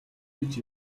гэж